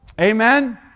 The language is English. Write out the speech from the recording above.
Amen